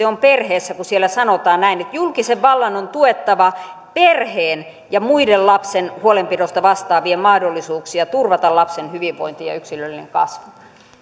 on perheessä kun siellä sanotaan näin että julkisen vallan on tuettava perheen ja muiden lapsen huolenpidosta vastaavien mahdollisuuksia turvata lapsen hyvinvointi ja yksilöllinen kasvu